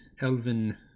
elven